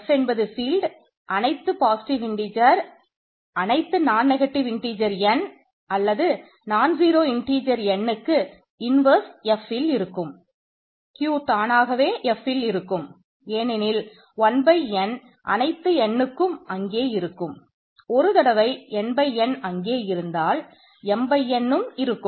F என்பது field n இருக்கும்